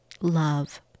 love